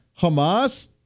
Hamas